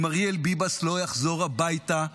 אם אריאל ביבס לא יחזור הביתה,